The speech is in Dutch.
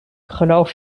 geloof